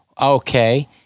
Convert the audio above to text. Okay